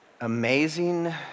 amazing